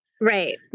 Right